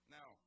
Now